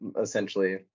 essentially